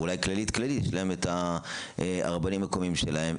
אולי לכללית באופן כללי יש להם את הרבנים המקומיים שלהם.